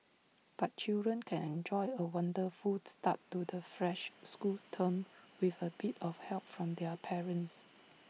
but children can enjoy A wonderful start to the fresh school term with A bit of help from their parents